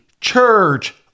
church